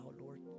Lord